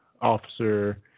officer